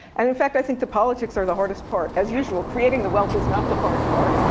and in fact, i think the politics are the hardest part. as usual, creating the wealth is not the hard part.